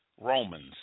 Romans